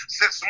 six